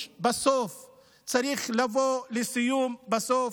צריך לבוא לסיום בסוף,